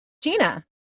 gina